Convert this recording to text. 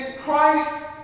Christ